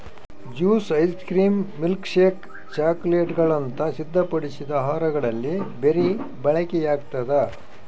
juice ice cream milkshake ಚಾಕೊಲೇಟ್ಗುಳಂತ ಸಿದ್ಧಪಡಿಸಿದ ಆಹಾರಗಳಲ್ಲಿ ಬೆರಿ ಬಳಕೆಯಾಗ್ತದ